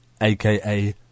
aka